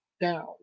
down